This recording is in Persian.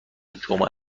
جمعه